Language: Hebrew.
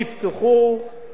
לא הוגשו אפילו כתבי אישום.